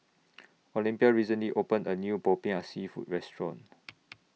Olympia recently opened A New Popiah Seafood Restaurant